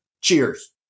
Cheers